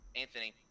anthony